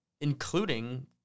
including